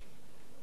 מסעוד גנאים.